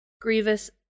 Grievous